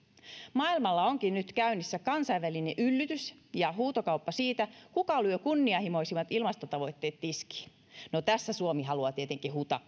maailmalla onkin nyt käynnissä kansainvälinen yllytys ja huutokauppa siitä kuka lyö kunnianhimoisimmat ilmastotavoitteet tiskiin no tässä suomi haluaa tietenkin huutaa